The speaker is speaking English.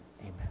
Amen